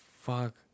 fuck